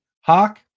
Hawk